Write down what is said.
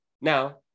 Now –